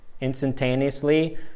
instantaneously